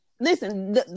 Listen